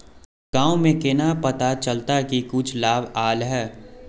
गाँव में केना पता चलता की कुछ लाभ आल है?